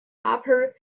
upper